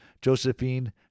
Josephine